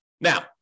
Now